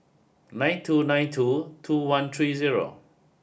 nine two nine two two one three zero